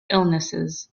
illnesses